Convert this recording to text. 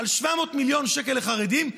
על 700 מיליון שקל לחרדים.